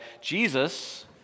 Jesus